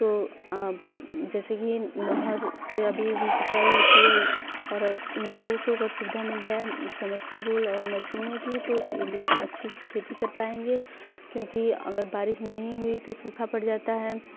तो अब जैसे ही नहर से अभी भी सिंचाई होती है और इन लोगों को अगर सुविधा मिल जाए समरसेबुल और मशीनों की तो ए लोग अच्छी सी खेती कर पाएँगे क्योंकि अगर बारिश नहीं हुई तो सूखा पड़ जाता है